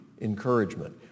encouragement